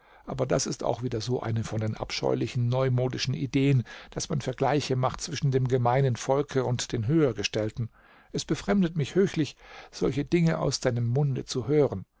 aber das ist auch wieder so eine von den abscheulichen neumodischen ideen daß man vergleiche macht zwischen dem gemeinen volke und den höhergestellten es befremdet mich höchlich solche dinge aus deinem munde zu hören